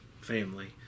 family